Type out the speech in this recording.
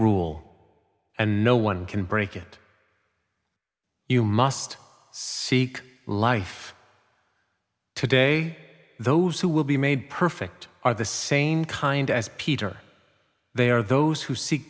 rule and no one can break it you must seek life today those who will be made perfect are the same kind as peter they are those who see